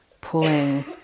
pulling